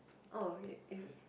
oh you you